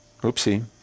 Oopsie